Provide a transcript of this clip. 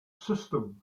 system